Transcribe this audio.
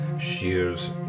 shears